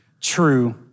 true